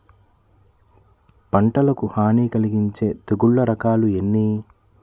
పంటకు హాని కలిగించే తెగుళ్ళ రకాలు ఎన్ని?